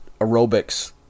aerobics